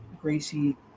Gracie